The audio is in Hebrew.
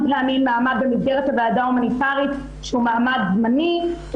פעמים מעמד במסגרת הוועדה ההומניטרית שהוא מעמד זמני,